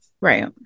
Right